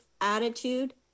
attitude